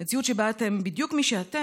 מציאות שבה אתם בדיוק מי שאתם,